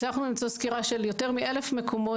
הצלחנו לעשות סקירה של יותר מאלף מקומות